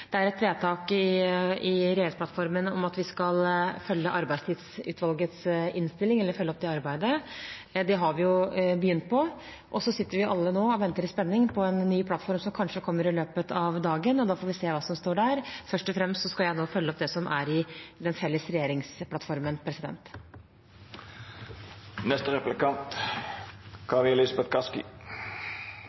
Det er et vedtak i regjeringsplattformen om at vi skal følge opp arbeidet til Arbeidstidsutvalget. Det har vi begynt på, og så sitter vi alle nå og venter i spenning på en ny plattform som kanskje kommer i løpet av dagen, og da får vi se hva som står der. Først og fremst skal jeg nå følge opp det som står i den felles regjeringsplattformen.